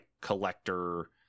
collector